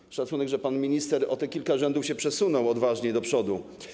I szacunek, że pan minister o te kilka rzędów się przesunął odważnie do przodu.